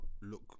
look